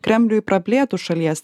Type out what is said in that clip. kremliui praplėtus šalies